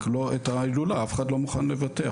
אבל את ההילולה אף אחד לא מוכן לבטח,